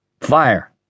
Fire